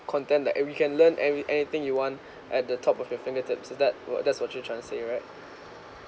content that we can learn every anything you want at the top of your fingertips that's what that's what you trying to say right